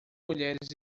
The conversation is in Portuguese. mulheres